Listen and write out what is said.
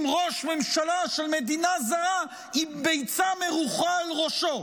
ראש ממשלה של מדינה זרה עם ביצה מרוחה על ראשו,